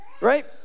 Right